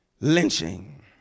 lynching